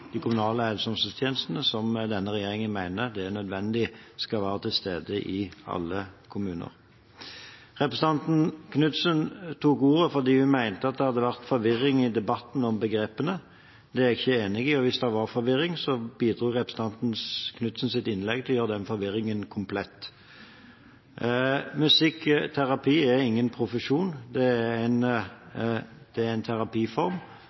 de kommunale helse- og omsorgstjenestene som denne regjeringen mener er nødvendig at skal være til stede i alle kommuner. Representanten Knutsen tok ordet fordi hun mener det i debatten hadde vært forvirring om begrepene. Det er jeg ikke enig i. Hvis det var forvirring, bidro representanten Knutsens innlegg til å gjøre den forvirringen komplett. Musikkterapi er ingen profesjon, det er en terapiform. Men det å være musikkterapeut er en